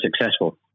successful